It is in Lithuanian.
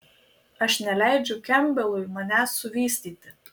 aš neleidžiu kempbelui manęs suvystyti